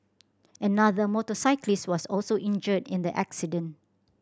another motorcyclist was also injured in the accident